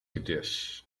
dish